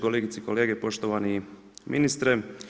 Kolegice i kolege, poštovani ministre.